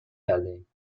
کردهایم